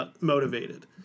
motivated